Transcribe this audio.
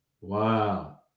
Wow